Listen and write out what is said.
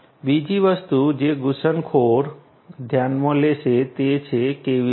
બીજી વસ્તુ જે ઘુસણખોર ધ્યાનમાં લેશે તે છે કેવી રીતે